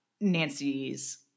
Nancy's